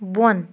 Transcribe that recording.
بۄن